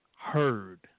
Heard